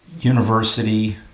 University